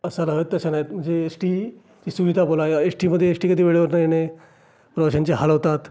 असायला हव्यात तशा नाहीत म्हणजे एस टी सुविधा बोलाया एस टीमध्ये एस टी कधी वेळेवर न येणे प्रवाशांचे हाल होतात